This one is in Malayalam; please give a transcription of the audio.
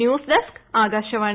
news desk Akashvani